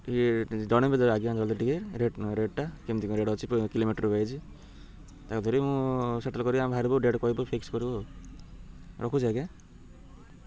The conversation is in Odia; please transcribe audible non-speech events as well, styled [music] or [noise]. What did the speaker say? ଇଏ ଜଣେଇେବେ ଆଜ୍ଞା ଜଲ୍ଦି ଟିକେ ରେଟ୍ ରେଟ୍ଟା କେମତି କ'ଣ ରେଟ୍ ଅଛି କିଲୋମିଟର ୱାଇଜ୍ [unintelligible] ମୁଁ ସେଟଲ୍ କରିକି ଆମ ବାହାରିବୁ ଡ଼େଟ୍ କହିବୁ ଫିକ୍ସ କରିବୁ ଆଉ ରଖୁଛି ଆଜ୍ଞା